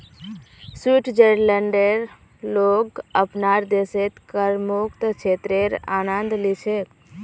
स्विट्जरलैंडेर लोग अपनार देशत करमुक्त क्षेत्रेर आनंद ली छेक